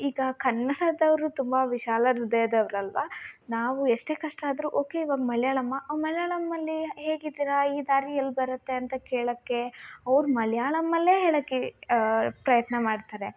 ಈಗ ಕನ್ನಡದವರು ತುಂಬ ವಿಶಾಲ ಹೃದಯದವರು ಅಲ್ಲವಾ ನಾವು ಎಷ್ಟೆ ಕಷ್ಟ ಆದರು ಓಕೆ ಇವಾಗ ಮಲಯಾಳಮ್ಮ ಆ ಮಲಯಾಳಮ್ಮಲ್ಲಿ ಹೇಗಿದ್ದಿರಾ ಈ ದಾರಿ ಎಲ್ಲಿ ಬರುತ್ತೆ ಅಂತ ಕೇಳೋಕೆ ಅವ್ರ ಮಲಯಾಳಮಲ್ಲೇ ಹೇಳೋಕೆ ಪ್ರಯತ್ನ ಮಾಡ್ತಾರೆ